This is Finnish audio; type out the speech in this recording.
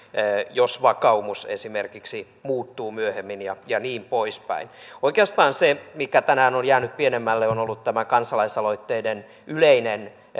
jos vakaumus esimerkiksi muuttuu myöhemmin ja ja niin poispäin oikeastaan se mikä tänään on jäänyt pienemmälle on ollut tämä kansalaisaloitteiden yleinen